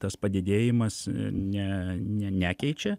tas padidėjimas ne nekeičia